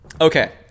Okay